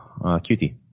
QT